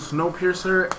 Snowpiercer